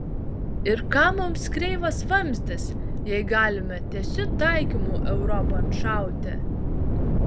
ir kam mums kreivas vamzdis jei galime tiesiu taikymu europon šauti